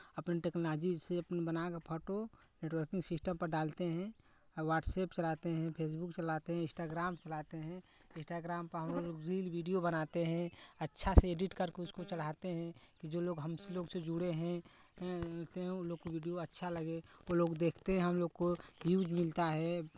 अपन technology से अपन बना के फोटो नेटवर्किंग सिस्टम पर डालते हैं वाट्सेप चलाते हैं फेसबुक चलाते हैं इंस्टाग्राम चलाते हैं इंस्टाग्राम पे हम लोग रील वीडियो बनाते हैं अच्छा से एडिट करके उसको चढ़ाते हैं कि जो लोग हमसे लोग से जुड़े हैं हैं तो उन लोग को वीडियो अच्छा लगे वो लोग देखते हम लोग को व्यूज़ मिलता है